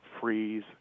freeze